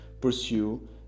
pursue